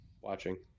Watching